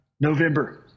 November